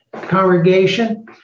congregation